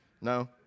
No